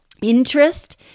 interest